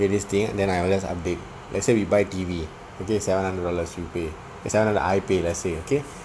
various things and then I will just update let's say we buy T_V okay seven hundred dollars you pay eh seven hundred dollars I pay let's say okay